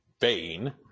vain